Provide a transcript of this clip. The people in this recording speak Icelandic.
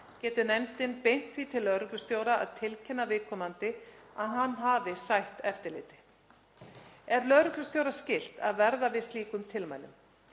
getur nefndin beint því til lögreglustjóra að tilkynna viðkomandi að hann hafi sætt eftirliti. Er lögreglustjóra skylt að verða við slíkum tilmælum.